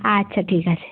আচ্ছা ঠিক আছে